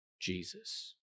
Jesus